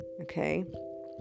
okay